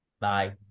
Bye